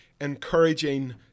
encouraging